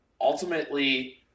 Ultimately